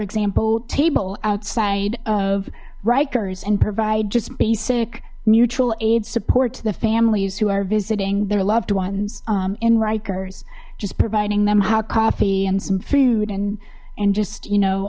example table outside of rikers and provide just basic mutual aid support to the families who are visiting their loved ones in rikers just providing them how coffee and some food and and just you know